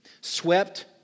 swept